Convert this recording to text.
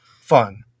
fun